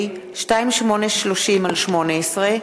אורית זוארץ וגדעון עזרא,